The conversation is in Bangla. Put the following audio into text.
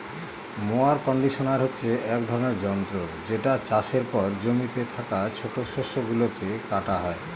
মোয়ার কন্ডিশনার হচ্ছে এক ধরনের যন্ত্র যেটা চাষের পর জমিতে থাকা ছোট শস্য গুলোকে কাটা হয়